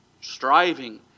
striving